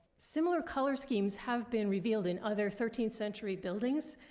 similar color schemes have been revealed in other thirteenth century buildings,